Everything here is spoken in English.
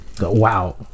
Wow